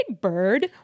bird